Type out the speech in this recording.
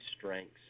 strengths